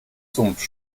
sumpf